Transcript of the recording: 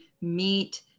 meet